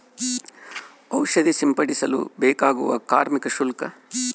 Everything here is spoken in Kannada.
ಔಷಧಿ ಸಿಂಪಡಿಸಲು ಬೇಕಾಗುವ ಕಾರ್ಮಿಕ ಶುಲ್ಕ?